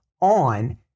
on